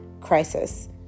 crisis